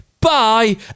Bye